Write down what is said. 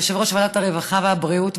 יושב-ראש ועדת הרווחה והבריאות,